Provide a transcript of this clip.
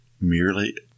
merely